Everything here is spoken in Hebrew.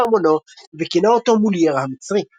בארמונו וכינה אותו "מולייר המצרי".